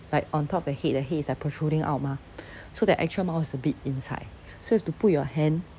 like on top of their head their head is like protruding out mah so their actual mouth is a bit inside so you have to put your hand